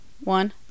One